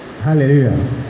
Hallelujah